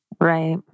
Right